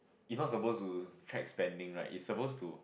it's not supposed to track spending right it's supposed to